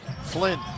Flynn